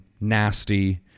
nasty